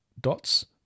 dots